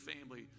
family